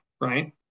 right